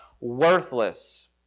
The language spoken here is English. worthless